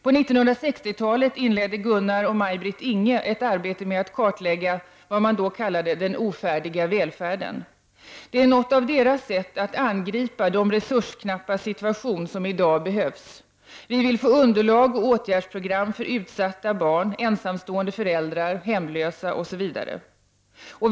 På 1960-talet inledde Gunnar och Maj-Britt Inghe ett arbete med att kartlägga ”den ofärdiga välfärden”. Det är något i deras sätt att angripa de resursknappas situation som är det som i dag behövs. Vi vill få underlag och åtgärdsprogram för utsatta barn, ensamstående föräldrar, hemlösa etc.